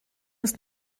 ist